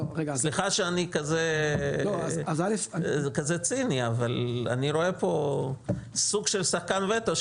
סליחה שאני כזה ציני אבל אני רואה פה סוג של שחקן וטו,